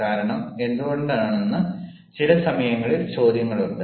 കാരണം എന്തുകൊണ്ടെന്ന് ചില സമയങ്ങളിൽ ചോദ്യങ്ങളുണ്ട്